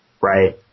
right